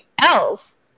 else